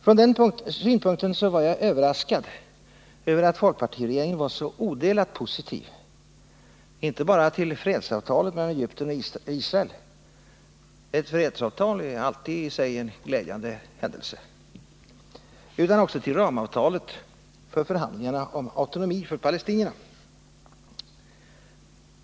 Från den synpunkten var jag Måndagen den överraskad över att folkpartiregeringen var så odelat positiv, inte bara till 19 november 1979 fredsavtalet mellan Egypten och Israel — ett fredsavtal är alltid i sig en glädjande händelse — utan också till ramavtalet för förhandlingarna om Om förhållandena autonomi för palestinierna.